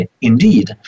Indeed